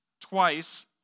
Twice